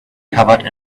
covered